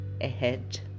ahead